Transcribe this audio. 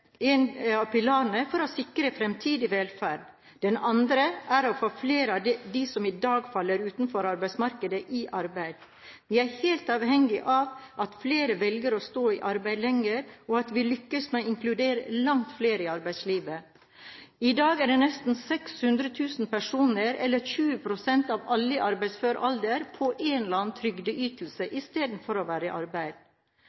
en av pilarene for å sikre fremtidig velferd. En annen er å få flere av dem som i dag faller utenfor arbeidsmarkedet, i arbeid. Vi er helt avhengige av at flere velger å stå i arbeid lenger, og at vi lykkes med å inkludere langt flere i arbeidslivet. I dag er det nesten 600 000 personer, eller 20 pst. av alle i arbeidsfør alder, på en eller